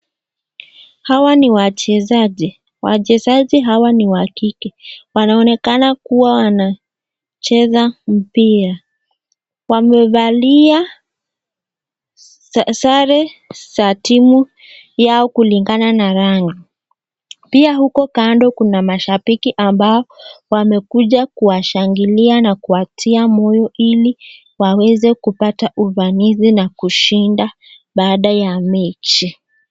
Hawa ni wachezaji, wachezaji hawa niwa kike. Wanaonekana kuwa wanacheza mpira ,wamevalia sare za timu yao kulingana na rangi. Pia huko kando Kuna mashabiki ambao wamekuja kuwa shangilia na kuwatia moyo ili waweze kupata ufanisi na kushindana baada ya mechi.